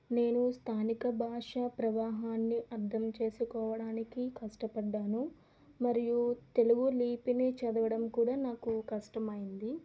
నేను స్థానిక భాషా ప్రవాహాన్ని అర్థం చేసుకోవడానికి కష్టపడ్డాను మరియు తెలుగు లిపిని చదవడం కూడా నాకు కష్టమైంది